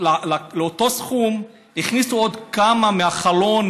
לאותו סכום הכניסו עוד כמה מהחלון,